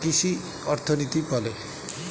কৃষি অর্থনীতি বলে